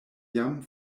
jam